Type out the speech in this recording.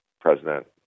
president